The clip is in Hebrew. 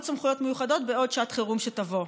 סמכויות מיוחדות ועוד שעת חירום שתבוא.